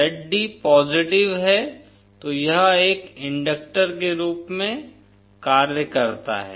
Zd positive है तो यह एक इंडक्टर के रूप में कार्य करता है